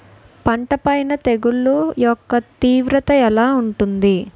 పంట పైన తెగుళ్లు యెక్క తీవ్రత ఎలా ఉంటుంది